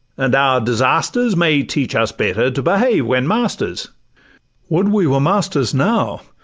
and our disasters may teach us better to behave when masters would we were masters now,